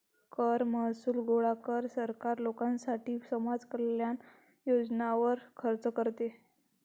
कर महसूल गोळा कर, सरकार लोकांसाठी समाज कल्याण योजनांवर खर्च करते